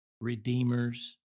Redeemer's